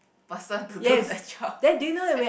person to do the job search